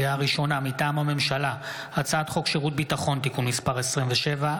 הכנסת דן מרזוק: 10 נאומים בני דקה 12 משה סולומון